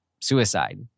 suicide